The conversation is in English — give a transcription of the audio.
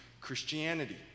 Christianity